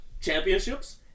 championships